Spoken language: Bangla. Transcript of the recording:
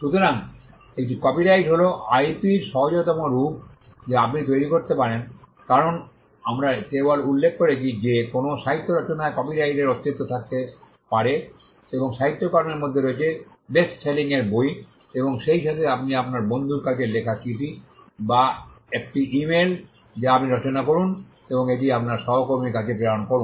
সুতরাং একটি কপিরাইট হল আইপি র সহজতম রূপ যা আপনি তৈরি করতে পারেন কারণ আমরা কেবল উল্লেখ করেছি যে কোনও সাহিত্য রচনায় কপিরাইটের অস্তিত্ব থাকতে পারে এবং সাহিত্যকর্মের মধ্যে রয়েছে বেস্টসেলিংয়ের বই এবং সেইসাথে আপনি আপনার বন্ধুর কাছে লেখা চিঠি বা একটি ইমেল যা আপনি রচনা করুন এবং এটি আপনার সহকর্মীর কাছে প্রেরণ করুন